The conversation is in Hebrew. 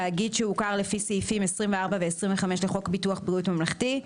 תאגיד שהוכר לפי סעיפים 24 ו-25 לחוק ביטוח בריאות ממלכתי;"